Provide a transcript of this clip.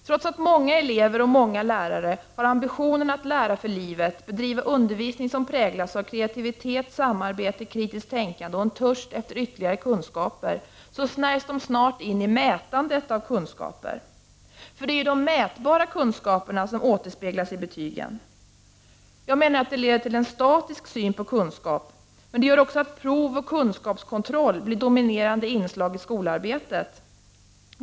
Trots att många elever och många lärare har ambitionen att lära för livet, bedriva undervisning som präglas av kreativitet, samarbete, kritiskt tänkande och en törst efter ytterligare kunskaper, snärjs de snart in i mätandet av kunskaper — det är ju bara de mätbara kunskaperna som återspeglas i betygen. Det leder till en statisk syn på kunskap men gör även att prov och kunskapskontroll blir dominerande inslag i skolarbetet.